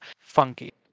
funky